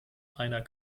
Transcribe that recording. einer